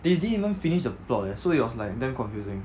they didn't even finish the blog leh so it was like damn confusing